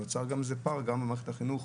ונוצר גם פער במערכת החינוך,